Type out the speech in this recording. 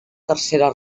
tercera